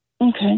Okay